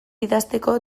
idazteko